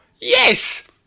yes